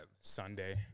Sunday